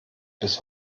bis